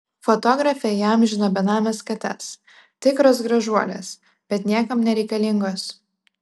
fotografė įamžino benames kates tikros gražuolės bet niekam nereikalingos